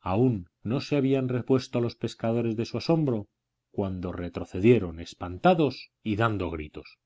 aún no se habían repuesto los pescadores de su asombro cuando retrocedieron espantados y dando gritos